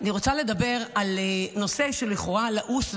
אני רוצה לדבר על נושא שהוא לכאורה לעוס,